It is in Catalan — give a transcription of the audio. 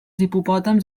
hipopòtams